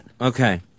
Okay